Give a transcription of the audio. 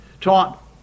taught